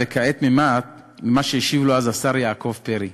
וכעת ממה שהשיב לו אז השר יעקב פרי: